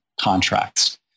contracts